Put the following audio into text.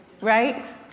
right